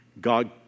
God